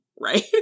right